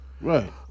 Right